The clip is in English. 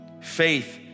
faith